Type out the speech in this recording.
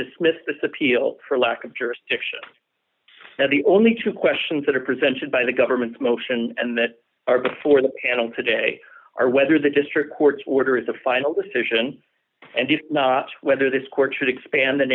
dismiss this appeal for lack of jurisdiction and the only two questions that are presented by the government's motion and that are before the panel today are whether the district court's order is the final decision and if not whether this court should expand th